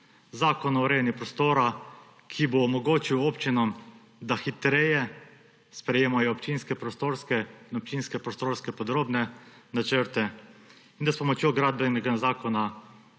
Zakon o urejanju prostora bo omogočil občinam, da hitreje sprejemajo občinske prostorske in občinske prostorske podrobne načrte, in s pomočjo Gradbenega zakona